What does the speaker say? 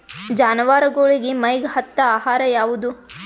ಜಾನವಾರಗೊಳಿಗಿ ಮೈಗ್ ಹತ್ತ ಆಹಾರ ಯಾವುದು?